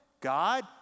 God